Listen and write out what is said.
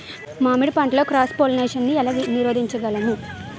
మామిడి పంటలో cross pollination నీ ఏల నీరోధించగలము?